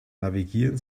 navigieren